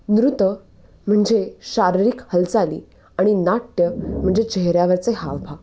नृत म्हणजे शारीरिक हालचाली आणि नाट्य म्हणजे चेहऱ्यावरचे हावभाव